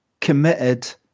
committed